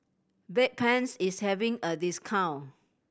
Bedpans is having a discount